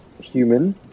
human